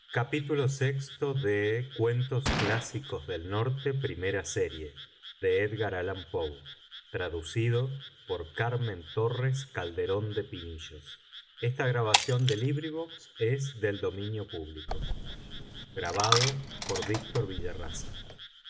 cuentos clásicos del norte primera serie author edgar allan poe translator carmen torres calderón de pinillos